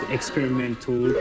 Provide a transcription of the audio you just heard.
Experimental